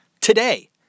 Today